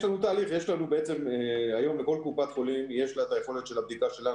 היום לכל קופת חולים יש את היכולת של הבדיקה שלה,